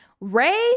Ray